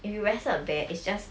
if you wrestle a bear it's just